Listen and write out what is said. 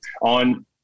On